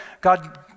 God